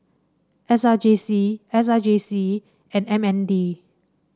S R J C S R J C and M N D